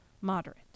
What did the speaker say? moderate